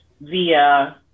via